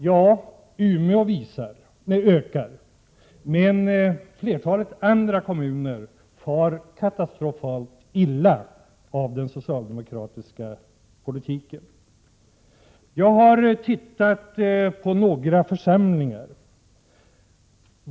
Ja, Umeå ökar, men flertalet andra kommuner far katastrofalt illa av den socialdemokratiska politiken. Jag har studerat några församlingar.